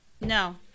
No